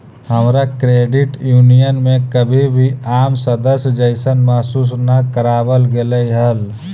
हमरा credit union में कभी भी आम सदस्य जइसन महसूस न कराबल गेलई हल